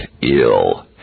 ill